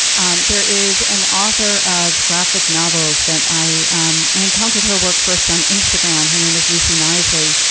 um there is an author of graphic novels that i um i encountered her work first on instagram. her name is lucy nicely.